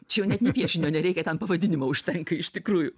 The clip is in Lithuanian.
čia jau net ne piešinio nereikia ten pavadinimo užtenka iš tikrųjų